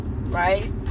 right